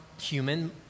human